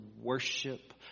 worship